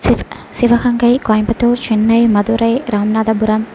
C Sivaganga Coimbatore Chennai Madurai Ramanathapuram